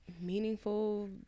meaningful